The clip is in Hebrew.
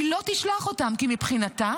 היא לא תשלח אותם, כי מבחינתה